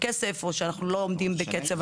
כסף או שאנחנו לא עומדים בקצב התוכנית.